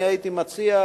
אני הייתי מציע,